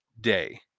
day